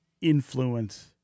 influence